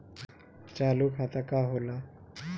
चालू खाता का होला?